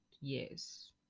yes